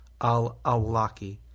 al-Awlaki